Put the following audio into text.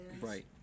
Right